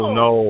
no